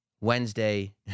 Wednesday